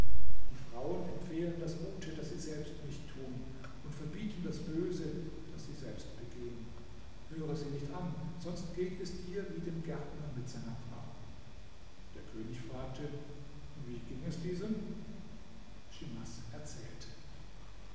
die frauen empfehlen das gute das sie selbst nicht tun und verbieten das böse das sie selbst begehen höre sie nicht an sonst geht es dir wie dem gärtner mit seiner frau der könig fragte wie ging es diesem schimas erzählte